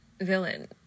villain